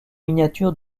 miniatures